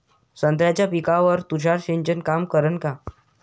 संत्र्याच्या पिकावर तुषार सिंचन काम करन का?